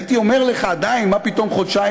הייתי אומר לך עדיין: מה פתאום חודשיים?